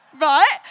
Right